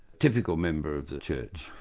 typical member of the church,